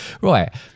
Right